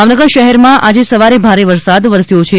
ભાવનગર શહેરમાં આજે સવારે ભારે વરસાદ વરસ્યો છે